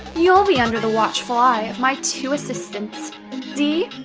you'll be under the watchful eye of my two assistants d.